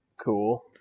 Cool